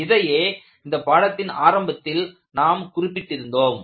இதையே இந்த பாடத்தின் ஆரம்பத்தில் நாம் குறிப்பிட்டிருந்தோம்